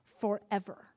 forever